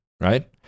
right